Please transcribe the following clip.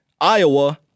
Iowa